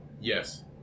Yes